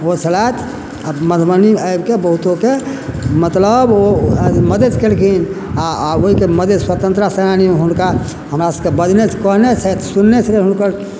ओ छलथि आ मधुबनी आबिके बहुतोके मतलब ओ मदद केलखिन आ ओहिके मदद स्वतन्त्र सैनानी हुनका हमरा सबके बजने कहने छथि सुनने छलै हुनकर